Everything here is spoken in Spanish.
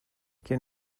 quién